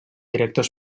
director